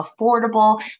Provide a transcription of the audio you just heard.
affordable